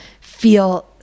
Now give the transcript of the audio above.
feel